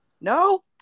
no